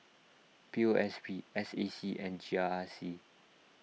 P O S B S A C and G R R C